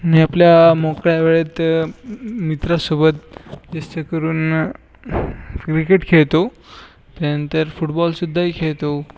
मी आपल्या मोकळ्या वेळेत मित्रांसोबत जास्त करून क्रिकेट खेळतो त्यानंतर फुटबॉलसुद्धाही खेळतो